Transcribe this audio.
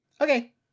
Okay